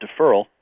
deferral